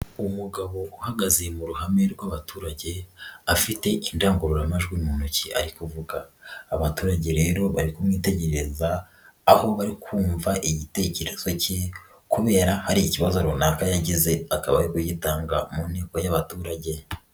Umugabo uhagaze mu ruhame rw'abaturage afite indangururamajwi mu ntoki ari kuvuga, abaturage rero bari kumwitegereza aho bari kumva igitekerezo ke kubera hari ikibazo runaka ya yagize akaba ari kugitanga mu nteko y'abaturage.